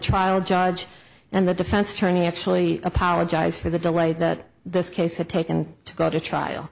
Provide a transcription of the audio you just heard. trial judge and the defense attorney actually apologized for the delay that this case had taken to go to trial